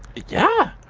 yeah.